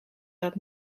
dat